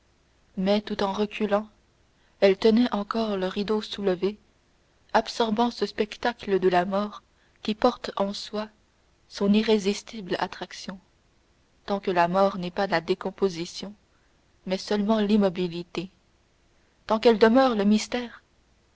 mais tout en reculant elle tenait encore le rideau soulevé absorbant ce spectacle de la mort qui porte en soi son irrésistible attraction tant que la mort n'est pas la décomposition mais seulement l'immobilité tant qu'elle demeure le mystère